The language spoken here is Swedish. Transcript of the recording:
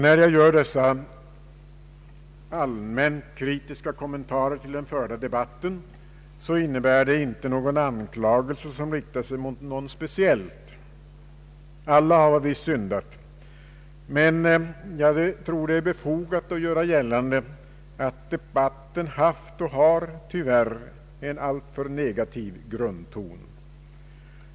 När jag gör dessa allmänt kritiska kommentarer till den förda debatten innebär det inte någon anklagelse som riktar sig mot någon speciell — alla har vi syndat. Men jag tror att det är befogat att göra gällande att debatten haft och har, tyvärr, en alltför negativ grundton.